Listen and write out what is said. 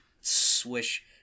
swish